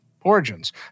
origins